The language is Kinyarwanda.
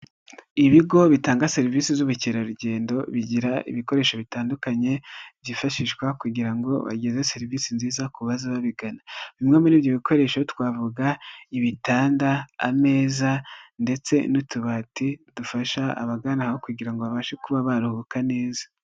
Ibigo bitanga serivisi z'ubukerarugendo bigira ibikoresho bitandukanye byifashishwa kugira ngo bageze serivisi nziza ku baza babigana bimwe muri ibyo bikoresho twavuga ibitanda, ameza ndetse n'utubati dufasha abagana aho kugira ngo babashe kuba baruhuka neza.